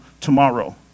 tomorrow